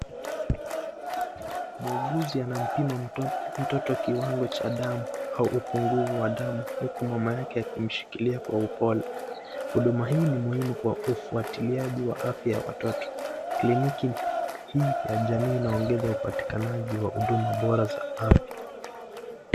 Muuguzu anampima mtoto kiwango cha damu, au upunguvu ya damu huku mama yake akimshikilia kwa upole, huduma huu ni muhimu kwa ufwatiliaji wa afya ya watoto kliniki hii ya jamii inaongeza upatikanaji wa huduma bora wa afya.